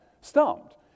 stumped